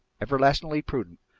everlastingly prudent,